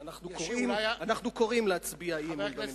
אנחנו קוראים להצביע אי-אמון בממשלה.